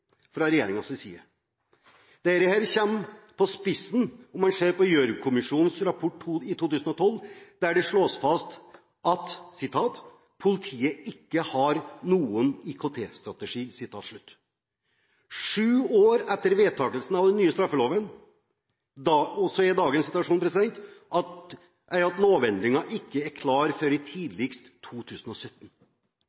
fra regjeringens side. Dette er satt på spissen, om man ser på Gjørv-kommisjonens rapport i 2012, der det slås fast at politiet ikke har noen IKT-strategi. Åtte år etter vedtakelsen av den nye straffeloven er situasjonen at lovendringen ikke er klar